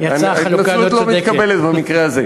ההתנצלות לא מתקבלת במקרה הזה.